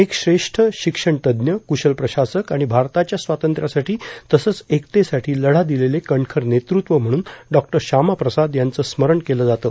एक श्रेष्ठ शिक्षणतज्ज्ञ कूशल प्रशासक आणि भारताच्या स्वातंत्र्यासाठी तसंच एकतेसाठी लढा दिलेले कणखर नेतृत्व म्हणून डॉ श्यामाप्रसाद यांचं स्मरण केलं जातं